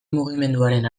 mugimenduaren